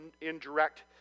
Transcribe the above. indirect